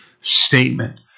statement